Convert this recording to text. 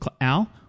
Al